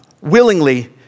willingly